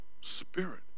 spirit